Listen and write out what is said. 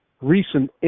recent